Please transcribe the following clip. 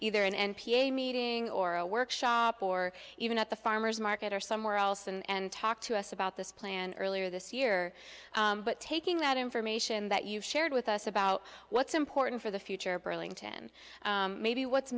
either an n p a meeting or a workshop or even at the farmers market or somewhere else and talk to us about this plan earlier this year but taking that information that you've shared with us about what's important for the future burlington maybe what's